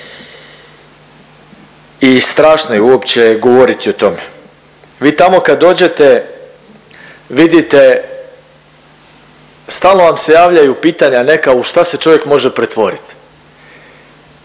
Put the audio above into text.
i strašno je uopće govoriti o tome. Vi tamo kad dođete vidite stalno vam se javljaju pitanja neka u šta se čovjek može pretvorit